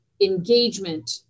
engagement